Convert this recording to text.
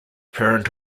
parent